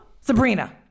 Sabrina